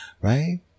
Right